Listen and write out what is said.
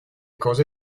cose